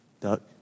duck